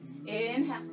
Inhale